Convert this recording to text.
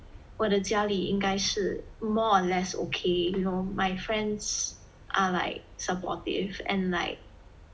我的家里应该是 more or less okay you know my friends are like supportive and like